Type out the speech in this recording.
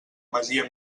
masia